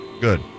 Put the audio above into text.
Good